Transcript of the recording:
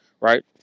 Right